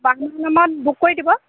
নামত বুক কৰি দিব